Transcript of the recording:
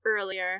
earlier